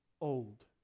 old